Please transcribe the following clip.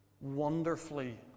wonderfully